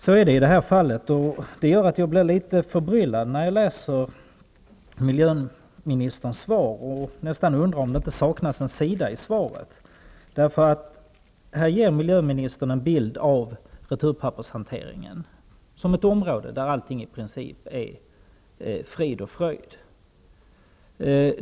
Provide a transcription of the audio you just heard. Så är det i det här fallet, och det gör att jag blir litet förbryllad när jag läser miljöministerns svar och nästan undrar om det inte saknas en sida i svaret. Här ger miljöministern en bild av returpappershanteringen som ett område där allting i princip är frid och fröjd.